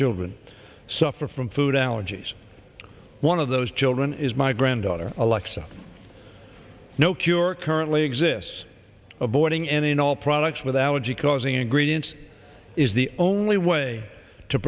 children suffer from food allergies one of those children is my granddaughter alexa no cure currently exists avoiding any and all products with our g causing ingredients is the only way to